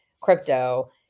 crypto